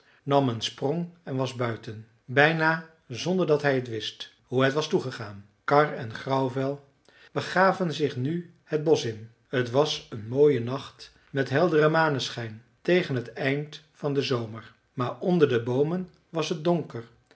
nam een sprong en was buiten bijna zonder dat hij wist hoe het was toegegaan karr en grauwvel begaven zich nu het bosch in t was een mooie nacht met helderen maneschijn tegen het eind van den zomer maar onder de boomen was het donker